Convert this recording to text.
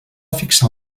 fixar